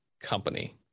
company